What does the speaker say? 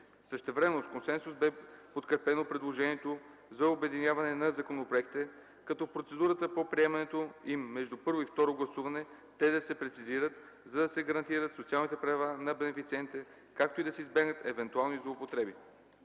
Същевременно с консенсус бе подкрепено предложението за обединяване на законопроектите, като в процедурата по приемането им между първо и второ гласуване те да се прецизират, за да се гарантират социалните права на бенефициентите, както и да се избегнат евентуални злоупотреби.